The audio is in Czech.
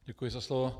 Děkuji za slovo.